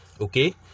okay